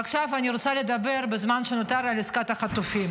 עכשיו אני רוצה לדבר בזמן שנותר לי על עסקת החטופים.